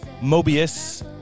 mobius